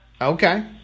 okay